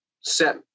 set